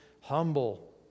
humble